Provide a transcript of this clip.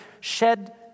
shed